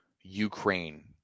Ukraine